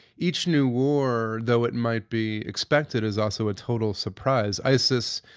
each new war though it might be expected is also a total surprise. isis,